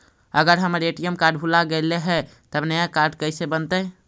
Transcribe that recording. अगर हमर ATM card भुला गैलै हे तब नया काड कइसे बनतै?